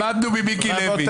למדנו ממיקי לוי.